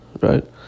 right